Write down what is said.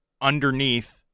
underneath